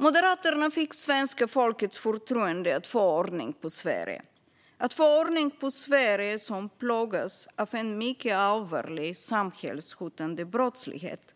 Moderaterna fick svenska folkets förtroende att få ordning på Sverige. Sverige plågas av en mycket allvarlig samhällshotande brottslighet.